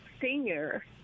senior